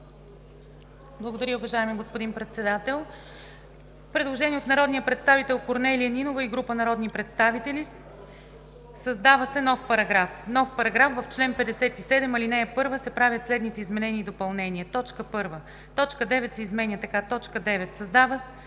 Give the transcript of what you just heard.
Благодаря, уважаеми господин Председател. Предложение на народния представител Корнелия Нинова и група народни представители: „Създава се §...:„§… В чл. 57, ал. 1 се правят следните изменения и допълнения: 1. Точка 9 се изменя така: „9. създава